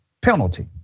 penalty